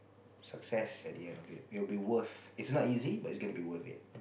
success at the end of it it will be worth it is not easy but it is going to be worth it